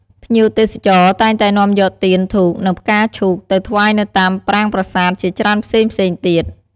ភ្ញៀវទេសចរតែងតែនាំយកទៀន ធូប និងផ្កាឈូកទៅថ្វាយនៅតាមប្រាង្គប្រាសាទជាច្រើនផ្សេងៗទៀត។